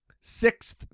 Sixth